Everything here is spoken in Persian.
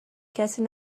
کسی